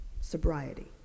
sobriety